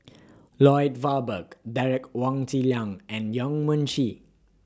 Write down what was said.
Lloyd Valberg Derek Wong Zi Liang and Yong Mun Chee